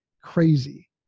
crazy